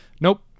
Nope